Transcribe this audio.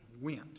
went